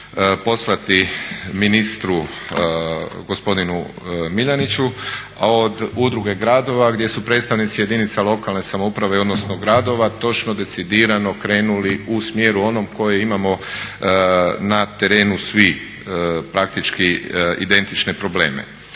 poslani ministru gospodinu Miljeniću od Udruge gradova gdje su predstavnici jedinica lokalne samouprave odnosno gradova točno decidirano krenuli u smjeru onom koji imamo na terenu svi praktički identične probleme.